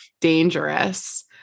dangerous